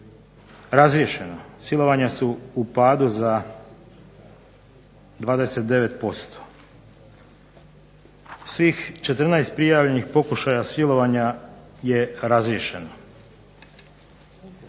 razriješeno. Silovanja su u padu za 29%. Svih 14 prijavljenih pokušaja silovanja je razriješeno.